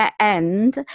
end